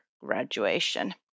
graduation